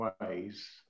ways